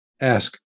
Ask